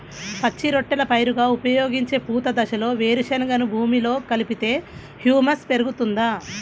పచ్చి రొట్టెల పైరుగా ఉపయోగించే పూత దశలో వేరుశెనగను భూమిలో కలిపితే హ్యూమస్ పెరుగుతుందా?